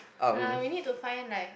uh we need to find like